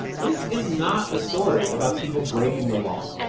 this is not a story about people breaking the law.